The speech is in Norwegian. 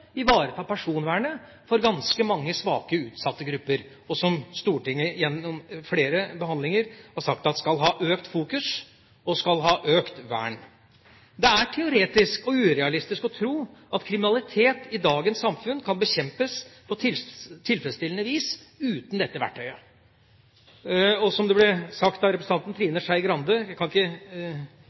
ivareta personvernet for ganske mange svake, utsatte grupper, som Stortinget gjennom flere behandlinger har sagt at skal ha økt fokus og økt vern. Det er teoretisk og urealistisk å tro at kriminalitet i dagens samfunn kan bekjempes på tilfredsstillende vis uten dette verktøyet. Jeg må si jeg er veldig uenig i representanten Trine Skei Grandes beskrivelse av at politiet nærmest ikke